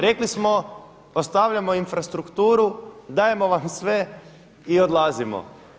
Rekli smo, ostavljamo infrastrukturu, dajemo vam sve i odlazimo.